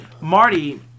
Marty